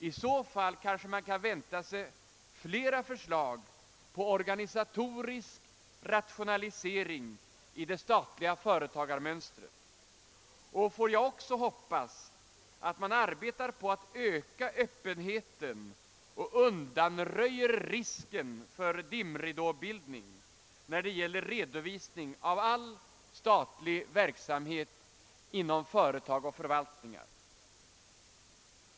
I så fall kanske man kan vänta sig flera förslag till organisatorisk rationalisering av det statliga företagarmönstret. Jag hoppas också att man arbetar på att öka öppenheten och undanröja risken för dimridåbildning när det gäller redovisning av all statlig verksamhet inom företag och förvaltning.